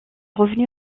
revenu